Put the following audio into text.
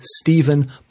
Stephen